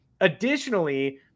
Additionally